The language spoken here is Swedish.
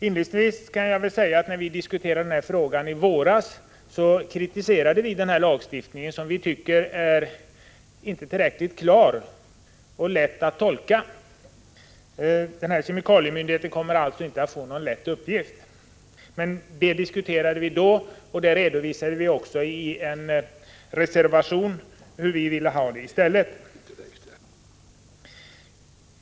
Inledningsvis kan jag säga att när vi diskuterade den här frågan i våras kritiserade vi denna lagstiftning, som vi inte tycker är tillräckligt klar eller lätt att tolka. Kemikalieinspektionen kommer alltså inte att få någon lätt uppgift. Det diskuterade vi då, och vi redovisade också i en reservation hur vi ville ha det i stället.